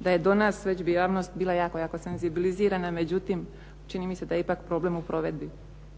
da je do nas već bi javnost bila jako, jako senzibilizirana. Međutim, čini mi se da je ipak problem u provedbi.